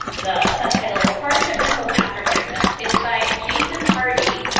the subtitle is hardship and hope after prison. it's by jason hardy,